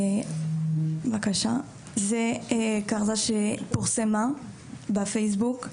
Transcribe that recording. זה כתבה שפורסמה בפייסבוק,